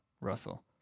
Russell